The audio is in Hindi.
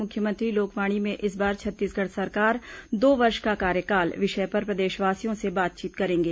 मुख्यमंत्री लोकवाणी में इस बार छत्तीसगढ़ सरकार दो वर्ष का कार्यकाल विषय पर प्रदेशवासियों से बातचीत करेंगे